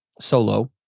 solo